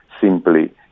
simply